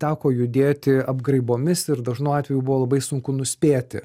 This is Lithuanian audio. teko judėti apgraibomis ir dažnu atveju buvo labai sunku nuspėti